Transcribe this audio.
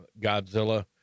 Godzilla